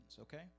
okay